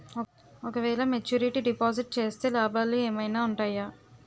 ఓ క వేల maturity deposit చేస్తే లాభాలు ఏమైనా ఉంటాయా?